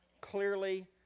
clearly